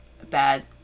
bad